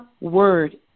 word